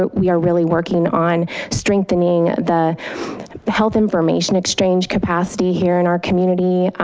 but we are really working on strengthening the health information exchange capacity here in our community.